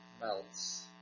melts